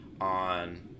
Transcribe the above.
on